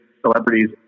celebrities